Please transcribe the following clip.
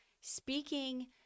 speaking